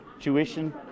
tuition